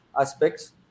aspects